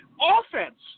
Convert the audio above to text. offense